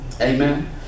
Amen